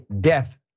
death